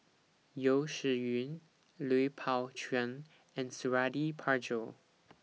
Yeo Shih Yun Lui Pao Chuen and Suradi Parjo